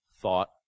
thought